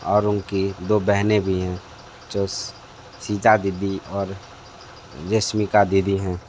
और उनकी दो बहनें भी हैं जो सीता दीदी और जस्मिका दीदी हैं